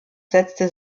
setzte